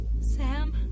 Sam